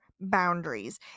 boundaries